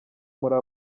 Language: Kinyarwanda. muri